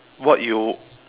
what you